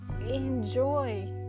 enjoy